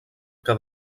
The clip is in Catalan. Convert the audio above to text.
que